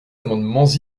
amendements